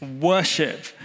Worship